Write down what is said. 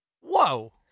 whoa